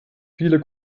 viele